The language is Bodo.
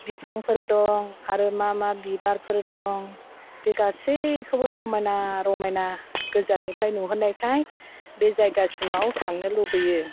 बिफांफोर दं आरो मा मा बिबारफोर दं बे गासैखौबो समायना रमायना गोजाननिफ्राय नुहुरनायखाय बे जायगासिमाव थांनो लुबैयो